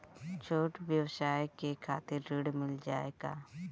छोट ब्योसाय के खातिर ऋण मिल जाए का?